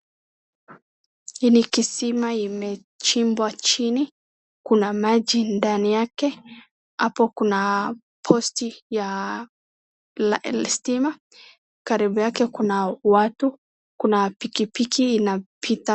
Hii ni kisima imechibwa chini kuna maji ndani yake hapo kuna posti la stima karibu yake kuna watu kuna pikipiki inapita.